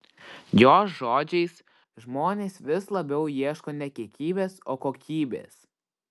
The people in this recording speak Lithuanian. jos žodžiais žmonės vis labiau ieško ne kiekybės o kokybės